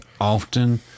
often